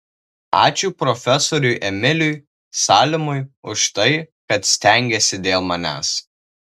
ačiū profesoriui emiliui salimui už tai kad stengėsi dėl manęs